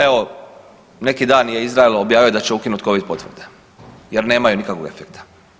Evo, neki dan je Izrael objavio da će ukinut covid potvrde jer nemaju nikakvog efekta.